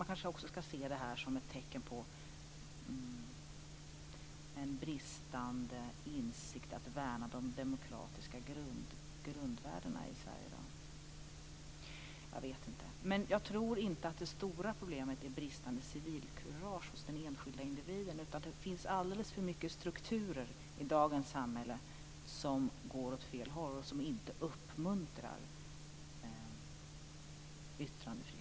Kanske skall man också se det här som ett tecken på en bristande insikt när det gäller att värna de demokratiska grundvärdena i Sverige i dag - jag vet inte. Jag tror dock inte att det stora problemet är bristande civilkurage hos den enskilde individen. Det finns alldeles för mycket strukturer i dagens samhälle som går åt fel håll och som inte uppmuntrar yttrandefriheten.